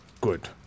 good